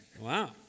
Wow